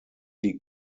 die